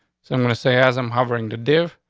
so i'm gonna say, as i'm hovering to div,